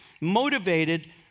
motivated